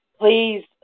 Please